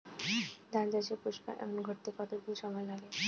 ধান চাষে পুস্পায়ন ঘটতে কতো দিন সময় লাগে?